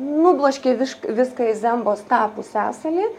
nubloškė višk viską į zembos tą pusiasalį